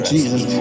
Jesus